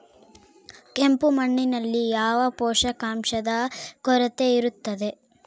ಕೆಂಪು ಮಣ್ಣಿನಲ್ಲಿ ಯಾವ ಪೋಷಕಾಂಶದ ಕೊರತೆ ಇರುತ್ತದೆ?